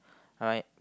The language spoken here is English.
right